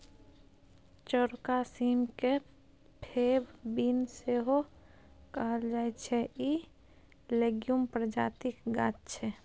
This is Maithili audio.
चौरका सीम केँ फेब बीन सेहो कहल जाइ छै इ लेग्युम प्रजातिक गाछ छै